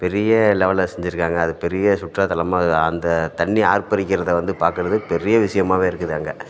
பெரிய லெவலில் செஞ்சுருக்காங்க அது பெரிய சுற்றுலாத்தலமாக அது அந்த தண்ணி ஆர்ப்பரிக்கிறதை வந்து பார்க்கறது பெரிய விஷயமாவே இருக்குது அங்கே